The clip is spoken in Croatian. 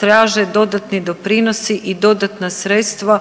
traže dodatni doprinosi i dodatna sredstva